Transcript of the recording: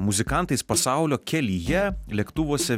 muzikantais pasaulio kelyje lėktuvuose